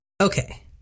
Okay